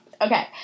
Okay